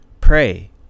Pray